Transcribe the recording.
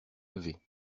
levé